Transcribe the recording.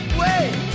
wait